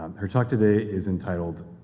um her talk today is entitled,